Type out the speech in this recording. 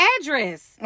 address